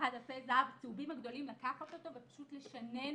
-- "דפי זהב", הצהובים הגדולים ופשוט לשנן